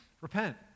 repent